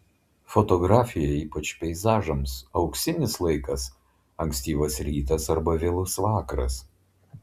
fotografijai ypač peizažams auksinis laikas ankstyvas rytas arba vėlus vakaras